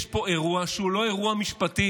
יש פה אירוע שהוא לא אירוע משפטי.